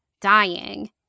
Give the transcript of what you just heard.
dying